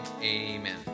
amen